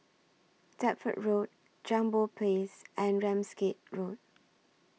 Deptford Road Jambol Place and Ramsgate Road